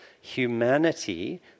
humanity